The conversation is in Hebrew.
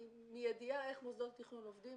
מידיעה איך מוסדות תכנון עובדים,